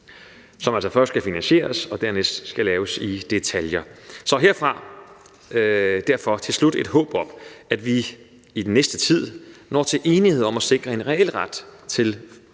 som altså først skal finansieres og dernæst skal laves i detaljer. Derfor til slut et håb om, at vi i den næste tid når til enighed om at sikre en reel ret til